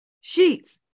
sheets